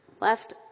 left